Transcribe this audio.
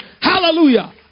Hallelujah